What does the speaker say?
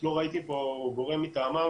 לא ראיתי פה גורם מטעמם